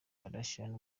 kardashian